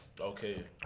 Okay